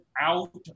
out